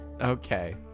Okay